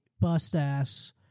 bust-ass